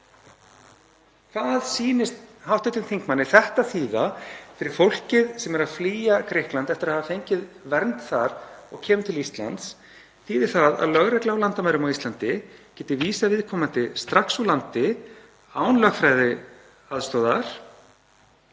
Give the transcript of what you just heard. Hvað sýnist hv. þingmanni þetta þýða fyrir fólkið sem er að flýja Grikkland eftir að hafa fengið vernd þar og kemur til Íslands? Þýðir það að lögregla á landamærum á Íslandi geti vísað viðkomandi strax úr landi, án lögfræðiaðstoðar,